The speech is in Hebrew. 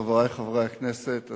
חברי חברי הכנסת,